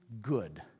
good